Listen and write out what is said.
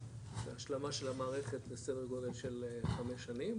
להשלמה של המערכת בסדר גודל של חמש שנים,